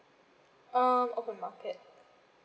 uh open market